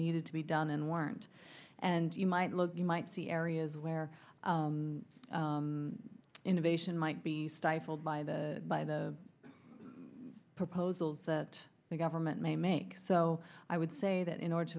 needed to be done and weren't and you might look you might see areas where innovation might be stifled by the by the proposals that the government may make so i would say that in order to